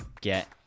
get